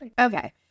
Okay